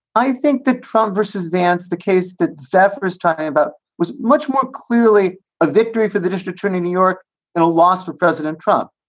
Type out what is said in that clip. i think the trump versus. that's the case. the zephyrs talking about was much more clearly a victory for the district winning new york and a loss for president trump.